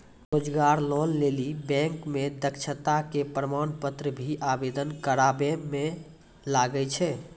रोजगार लोन लेली बैंक मे दक्षता के प्रमाण पत्र भी आवेदन करबाबै मे लागै छै?